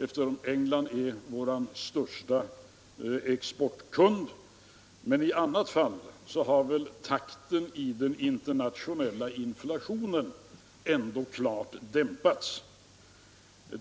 eftersom England är vår största exportkund — har takten i den internationella inflationen klart dämpats.